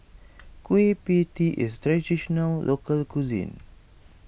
Kueh Pie Tee is Traditional Local Cuisine